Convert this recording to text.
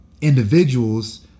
individuals